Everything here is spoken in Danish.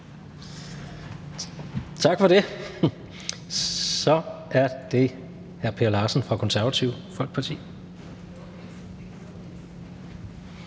Tak for det. Så er det hr. Per Larsen fra Konservative Folkeparti.